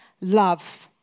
love